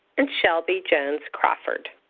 and shelby jones-crawford.